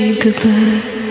goodbye